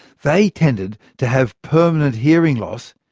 they tended to have permanent hearing loss,